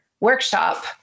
workshop